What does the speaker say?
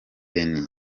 benny